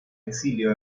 exilio